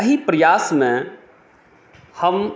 एहि प्रयासमे हम